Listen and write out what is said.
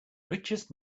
richest